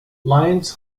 lions